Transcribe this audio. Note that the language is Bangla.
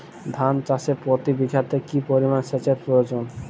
ধান চাষে প্রতি বিঘাতে কি পরিমান সেচের প্রয়োজন?